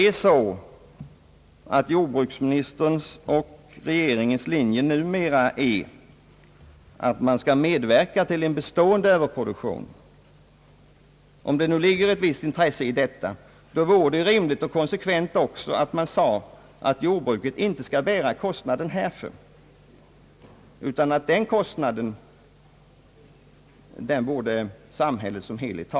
Om = jordbruksministerns och regeringens linje numera är den att man vill medverka till en bestående överproduktion, vore det också rimligt och konsekvent att jordbruket inte skall bära kostnaden härför utan att samhället som helhet bestrider denna.